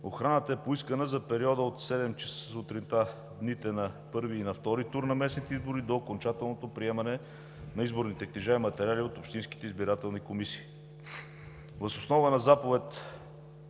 Охраната е поискана за периода от 7,00 ч. сутринта в дните на първи и на втори тур на местните избори до окончателното приемане на изборните книжа и материали от общинските избирателни комисии.